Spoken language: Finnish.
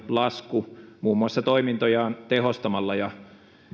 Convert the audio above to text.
lasku muun muassa toimintojaan tehostamalla ja